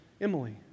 Emily